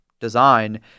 design